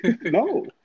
No